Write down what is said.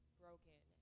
broken